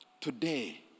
Today